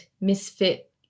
misfit